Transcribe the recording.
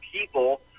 people